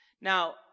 Now